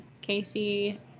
Casey